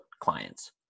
clients